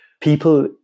People